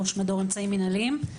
ראש מדור אמצעים מנהליים.